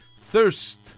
thirst